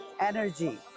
energy